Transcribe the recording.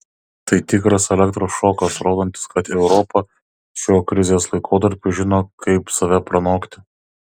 tai tikras elektros šokas rodantis kad europa šiuo krizės laikotarpiu žino kaip save pranokti